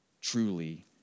truly